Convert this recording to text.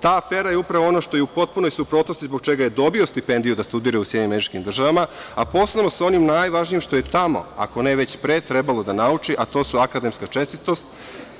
Ta afera je upravo ono što je u potpunoj suprotnosti zbog čega je dobio stipendiju da studira u SAD-u, a posebno sa onim najvažnijim što je tamo, ako ne već pre, trebalo da nauči, a to su akademska čestitost,